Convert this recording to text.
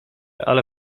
ale